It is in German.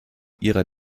ihrer